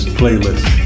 playlist